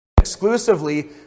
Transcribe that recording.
exclusively